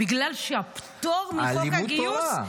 בגלל שהפטור מחוק הגיוס --- לימוד התורה,